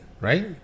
Right